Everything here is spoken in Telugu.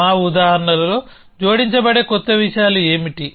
మా ఉదాహరణలో జోడించబడే కొత్త విషయాలు ఏమిటి